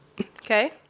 Okay